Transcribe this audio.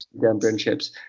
Championships